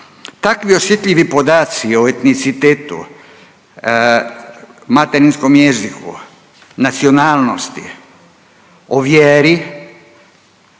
Takvi osjetljivi podaci o etnicitetu, materinskom jeziku, nacionalnosti, o vjeri,